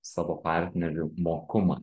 savo partnerių mokumą